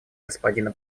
господина